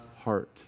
heart